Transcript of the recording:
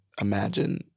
imagine